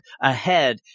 ahead